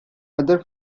other